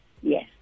Yes